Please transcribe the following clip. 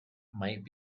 might